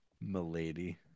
Milady